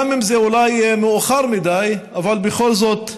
גם אם זה אולי מאוחר מדי, אבל בכל זאת,